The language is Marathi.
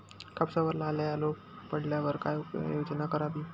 कापसावर लाल्या रोग पडल्यावर काय उपाययोजना करावी?